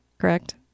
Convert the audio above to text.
Correct